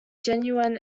genuine